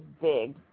big